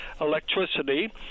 electricity